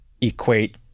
equate